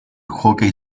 hockey